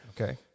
Okay